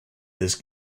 this